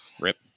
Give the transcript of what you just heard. Rip